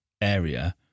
area